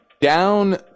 down